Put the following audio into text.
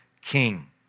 king